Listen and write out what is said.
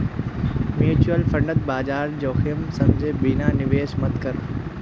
mutual फंडत बाजार जोखिम समझे बिना निवेश मत कर